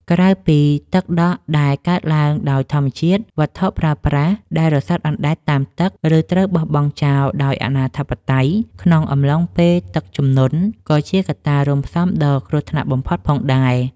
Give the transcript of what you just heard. ក្រៅពីទឹកដក់ដែលកើតឡើងដោយធម្មជាតិ វត្ថុប្រើប្រាស់ដែលរសាត់អណ្តែតតាមទឹក ឬត្រូវបោះចោលដោយអនាធិបតេយ្យក្នុងអំឡុងពេលទឹកជំនន់ ក៏ជាកត្តារួមផ្សំដ៏គ្រោះថ្នាក់បំផុតផងដែរ។